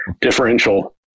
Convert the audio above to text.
differential